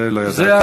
זה לא ידעתי.